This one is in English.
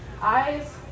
eyes